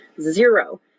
zero